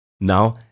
Now